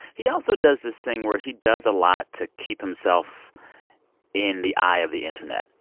he also does this thing where he does a lot to keep himself in the eye of the internet.